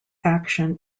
action